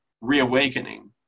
reawakening